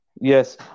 Yes